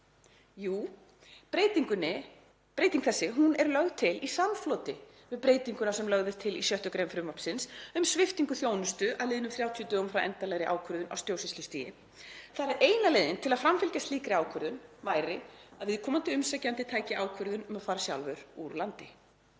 Jú, breyting þessi er lögð til í samfloti við breytinguna sem lögð er til í 6. gr. frumvarpsins um sviptingu þjónustu að liðnum 30 dögum frá endanlegri ákvörðun á stjórnsýslustigi. Eina leiðin til að framfylgja slíkri ákvörðun væri að viðkomandi umsækjandi tæki ákvörðun um að fara sjálfur úr landi.